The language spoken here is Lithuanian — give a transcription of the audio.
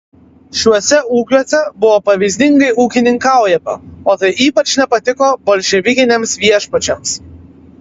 šiuose ūkiuose buvo pavyzdingai ūkininkaujama o tai ypač nepatiko bolševikiniams viešpačiams